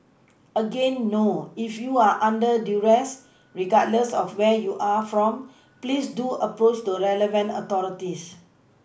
again no if you are under duress regardless of where you are from please do approach the relevant authorities